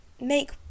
make